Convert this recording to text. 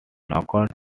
knockout